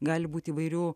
gali būti įvairių